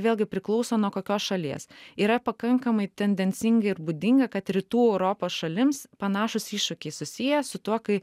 vėlgi priklauso nuo kokios šalies yra pakankamai tendencinga ir būdinga kad rytų europos šalims panašūs iššūkiai susiję su tuo kai